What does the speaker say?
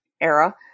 era